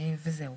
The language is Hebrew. וזהו.